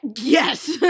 yes